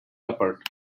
apart